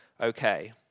okay